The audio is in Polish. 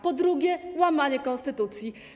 Po drugie, łamanie konstytucji.